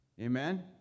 Amen